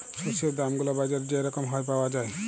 শস্যের দাম গুলা বাজারে যে রকম হ্যয় পাউয়া যায়